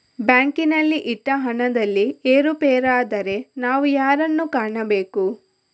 ಬ್ಯಾಂಕಿನಲ್ಲಿ ಇಟ್ಟ ಹಣದಲ್ಲಿ ಏರುಪೇರಾದರೆ ನಾವು ಯಾರನ್ನು ಕಾಣಬೇಕು?